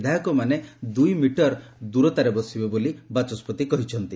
ବିଧାୟକମାନେ ଦୁଇ ମିଟର ଦୂରରେ ବସିବେ ବୋଲି ବାଚସ୍ୱତି କହିଚ୍ଚନ୍ତି